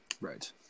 Right